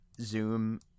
zoom